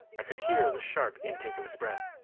i could hear the sharp intake of his breath.